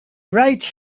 right